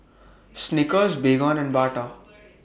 Snickers Baygon and Bata